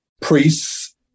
priests